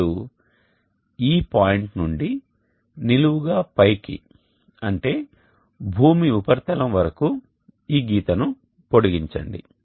ఇప్పుడు ఈ పాయింట్ నుండి లోకాలిటీ పాయింట్ నిలువుగా పైకి అంటే భూమి యొక్క ఉపరితలం వరకు ఈ గీతను పొడిగించండి